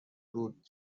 دود